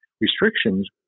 restrictions